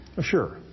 Sure